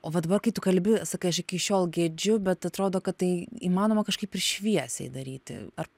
o va dabar kai tu kalbi sakai aš iki šiol gedžiu bet atrodo kad tai įmanoma kažkaip ir šviesiai daryti ar